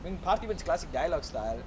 when participants classic dialogue style